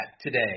today